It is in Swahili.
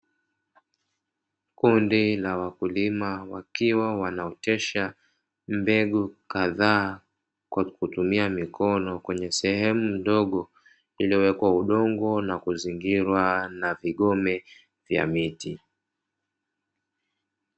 Kundi la wakulima wakiwa wanaotesha mbegu kadhaa kwa kutumia mikono, kwenye sehemu ndogo iliyowekwa udongo na kuzingirwa na vigome vya miti.